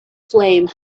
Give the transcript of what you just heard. flame